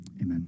amen